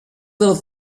little